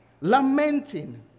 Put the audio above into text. lamenting